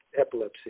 epilepsy